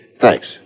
Thanks